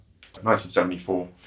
1974